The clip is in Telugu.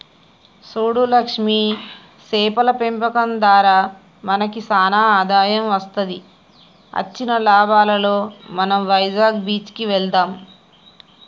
సూడు లక్ష్మి సేపల పెంపకం దారా మనకి సానా ఆదాయం వస్తది అచ్చిన లాభాలలో మనం వైజాగ్ బీచ్ కి వెళ్దాం